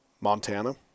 Montana